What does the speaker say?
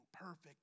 perfect